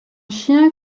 chien